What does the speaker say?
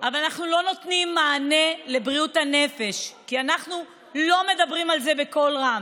אנחנו לא נותנים מענה לבריאות הנפש כי אנחנו לא מדברים על זה בקול רם.